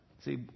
See